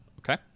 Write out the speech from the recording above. okay